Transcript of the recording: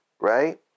right